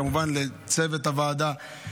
כמובן לצוות הוועדה,